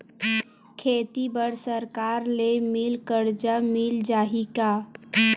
खेती बर सरकार ले मिल कर्जा मिल जाहि का?